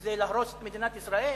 זה להרוס את מדינת ישראל?